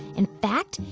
in fact,